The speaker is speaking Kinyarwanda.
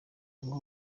ngo